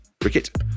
Cricket